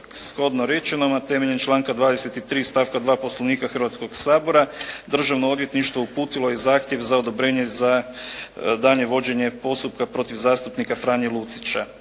Shodno rečenom, a temeljem članka 23. stavka 2. Poslovnika Hrvatskoga sabora Državno odvjetništvo uputilo je zahtjev za odobrenje za daljnje vođenje postupka protiv zastupnika Franje Lucića.